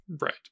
Right